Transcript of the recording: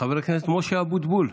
חבר הכנסת משה אבוטבול,